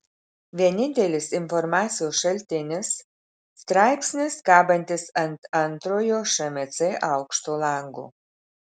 vienintelis informacijos šaltinis straipsnis kabantis ant antrojo šmc aukšto lango